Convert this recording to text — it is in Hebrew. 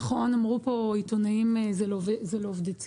נכון אמרו פה, עיתונאים זה לא עובדי ציבור,